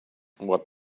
what